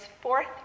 fourth